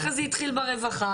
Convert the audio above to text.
ככה זה התחיל ברווחה,